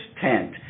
tent